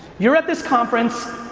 you're at this conference,